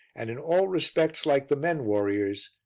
and in all respects like the men warriors,